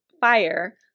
fire